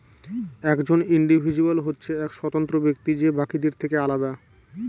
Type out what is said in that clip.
একজন ইন্ডিভিজুয়াল হচ্ছে এক স্বতন্ত্র ব্যক্তি যে বাকিদের থেকে আলাদা